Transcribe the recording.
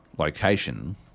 location